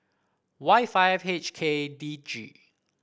Y five H K D G